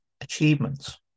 achievements